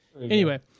Anyway-